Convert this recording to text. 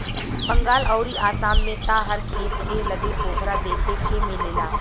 बंगाल अउरी आसाम में त हर खेत के लगे पोखरा देखे के मिलेला